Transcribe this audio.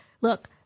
look